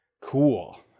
Cool